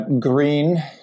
green